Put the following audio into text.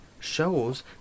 shows